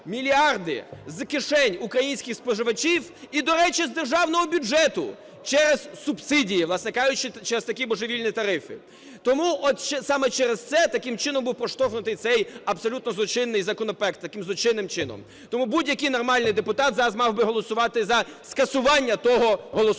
мільярди з кишень українських споживачів і, до речі, з державного бюджету, через субсидії, власне кажучи, через такі божевільні тарифи. Тому от саме через це таким чином був проштовхнутий цей, абсолютно злочинний, законопроект, таким злочинним чином. Тому будь-який нормальний депутат зараз мав би голосувати за скасування того голосування.